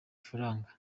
ifaranga